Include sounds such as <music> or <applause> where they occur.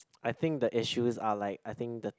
<noise> I think the issues are like I think the